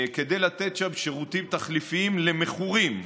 כדי לתת שם שירותים תחליפיים למכורים.